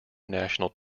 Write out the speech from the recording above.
national